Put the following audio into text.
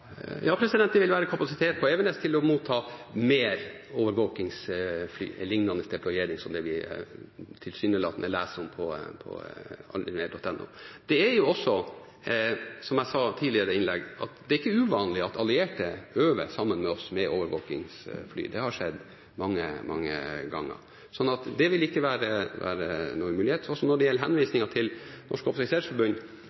Ja, det vil være kapasitet på Evenes til å motta flere overvåkningsfly, en lignende deployering som det vi leser om på aldrimer.no. Det er heller ikke uvanlig, som jeg sa i tidligere innlegg, at allierte øver sammen med oss med overvåkningsfly. Det har skjedd mange, mange ganger. Så det vil ikke være noen umulighet. Når det gjelder